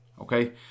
Okay